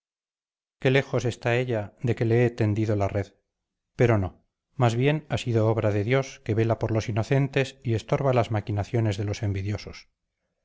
qué lejos está ella de que le he tendido la red pero no más bien ha sido obra de dios que vela por los inocentes y estorba las maquinaciones de los envidiosos